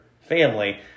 family